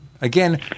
Again